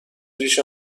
ریش